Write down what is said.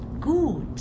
gut